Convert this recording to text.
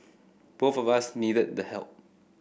both of us needed the help